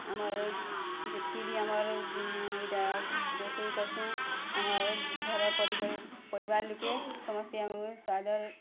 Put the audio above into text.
ଆମର୍ ଯେତ୍କି ବି ଇଟା ଆମର୍ ରୋଷେଇ କର୍ସୁଁ ଆମର୍ ଘର୍ ପରିବାର୍ ଲୋକେ ସମସ୍ତେ ଆମର୍ ସ୍ୱାଦରେ